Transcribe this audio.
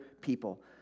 people